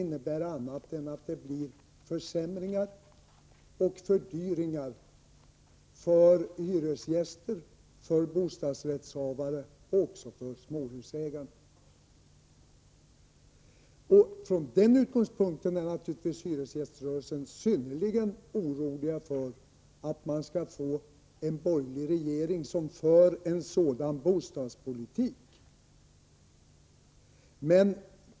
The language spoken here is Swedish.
Detta kan man läsa i klartext i de borgerliga partiernas bostadsmotioner. Från den utgångspunkten är man naturligtvis inom hyresgäströrelsen synnerligen oroad för att vi skall få en borgerlig regering som för en sådan bostadspolitik.